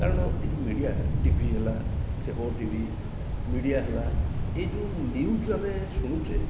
କାରଣ ଏହି ଯେଉଁ ମିଡ଼ିଆ ଟିଭି ହେଲା ସେ ଓ ଟିଭି ମିଡ଼ିଆ ହେଲା ଏହି ଯେଉଁ ନିୟୁଜ ଆମେ ଶୁଣୁଛେ